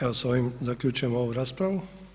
Evo sa ovim zaključujemo ovu raspravu.